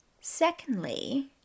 secondly